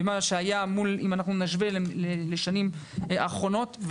אם נשווה לשנים האחרונות.